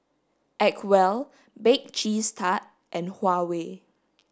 acwell bake cheese tart and Huawei